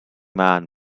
man